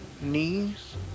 knees